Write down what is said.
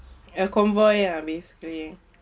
a convoy ah basically